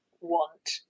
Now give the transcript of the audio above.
want